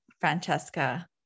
Francesca